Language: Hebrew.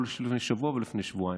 לא לפני שבוע ולא לפני שבועיים.